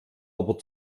aber